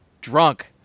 drunk